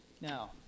now